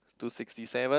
to sixty seven